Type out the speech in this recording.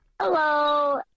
Hello